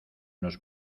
nos